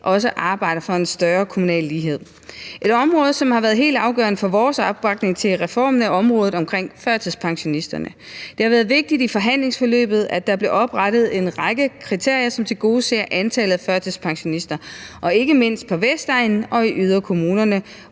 parti arbejder for en større kommunal lighed. Et område, som har været helt afgørende for vores opbakning til reformen, er området for førtidspensionister, og det har været vigtigt i forhandlingsforløbet, at der blev oprettet en række kriterier, som tilgodeser antallet af førtidspensionister, ikke mindst på Vestegnen og i yderkommunerne,